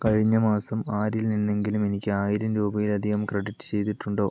കഴിഞ്ഞ മാസം ആരിൽ നിന്നെങ്കിലും എനിക്ക് ആയിരം രൂപയിലധികം ക്രെഡിറ്റ് ചെയ്തിട്ടുണ്ടോ